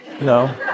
No